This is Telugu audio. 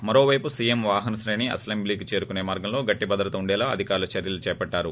మరోపైపు సీఎం వాహన శ్రేణి అసెంబ్లీకి చేరుకునే మార్గంలో గట్టి భద్రత ఉండేలా అధికారులు చర్యలు చేపట్లారు